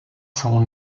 son